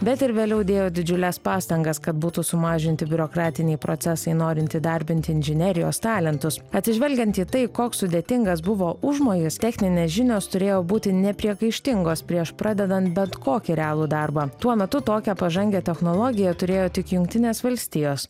bet ir vėliau dėjo didžiules pastangas kad būtų sumažinti biurokratiniai procesai norint įdarbinti inžinerijos talentus atsižvelgiant į tai koks sudėtingas buvo užmojis techninės žinios turėjo būti nepriekaištingos prieš pradedant bet kokį realų darbą tuo metu tokią pažangią technologiją turėjo tik jungtinės valstijos